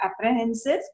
apprehensive